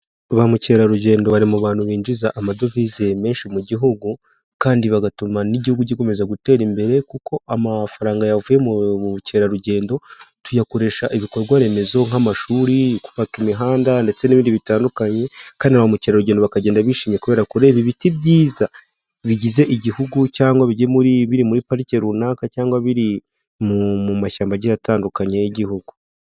Ba mukerarugendo bari mu bantu binjiza amadovize menshi mu gihugu, kandi bagatuma n'Igihugu gikomeza gutera imbere. Kuko amafaranga yavuye mu bukerarugendo tuyakoresha ibikorwa remezo nk'amashuri, kubaka imihanda, ndetse n'ibindi bitandukanye, kandi na ba mukerarugendo bakagenda bishimye, kubera kureba ibiti byiza bigize Igihugu, cyangwa bigiye biri muri pariki runaka cyangwa biri mu mashyamba agiye atandukanye y'Igihugu.